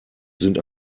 sind